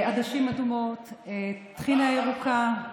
עדשים אדומות, טחינה ירוקה.